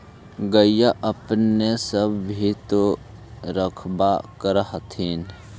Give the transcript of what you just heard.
गईया अपने सब भी तो रखबा कर होत्थिन?